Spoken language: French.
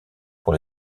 pour